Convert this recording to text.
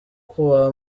kuwa